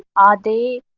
are they